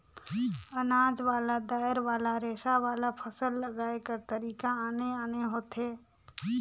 अनाज वाला, दायर वाला, रेसा वाला, फसल लगाए कर तरीका आने आने होथे